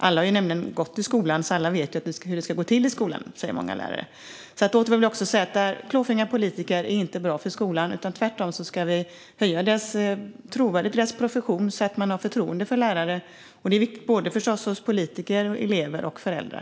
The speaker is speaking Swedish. Alla har nämligen gått i skolan, så alla vet hur det ska gå till i skolan, säger många lärare. Klåfingriga politiker är alltså inte bra för skolan, utan vi ska tvärtom höja trovärdigheten i professionen så att människor har förtroende för lärare. Det är förstås viktigt såväl hos politiker som hos elever och föräldrar.